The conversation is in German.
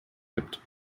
gibt